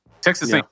Texas